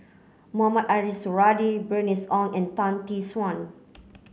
Mohamed Ariff Suradi Bernice Ong and Tan Tee Suan